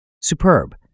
Superb